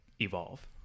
evolve